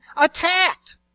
attacked